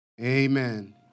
Amen